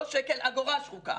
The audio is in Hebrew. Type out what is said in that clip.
לא שקל, אגורה שחוקה.